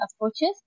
approaches